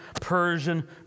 Persian